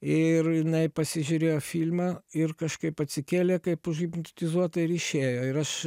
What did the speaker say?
ir jinai pasižiūrėjo filmą ir kažkaip atsikėlė kaip užhipnotizuota ir išėjo ir aš